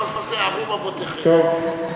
לא שעָרוּם אבֹתיכם".